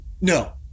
No